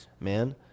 man